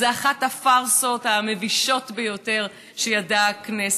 זאת אחת הפארסות המבישות ביותר שידעה הכנסת,